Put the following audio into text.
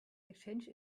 exchanged